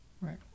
Right